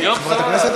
חברת הכנסת,